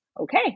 Okay